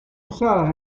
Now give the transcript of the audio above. usadas